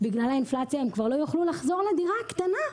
בגלל האינפלציה הם כבר לא יוכלו לחזור לדירה הקטנה.